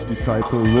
Disciple